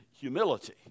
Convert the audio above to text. humility